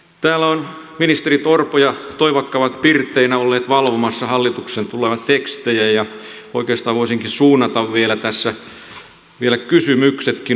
täällä ovat ministerit orpo ja toivakka pirteinä olleet valvomassa hallitukselta tulevia tekstejä ja oikeastaan voisinkin suunnata tässä vielä heille kysymyksetkin